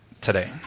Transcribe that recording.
today